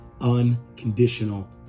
unconditional